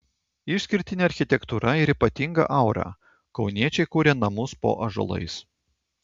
išskirtinė architektūra ir ypatinga aura kauniečiai kuria namus po ąžuolais